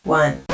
one